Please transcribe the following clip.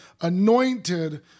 anointed